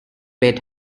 bet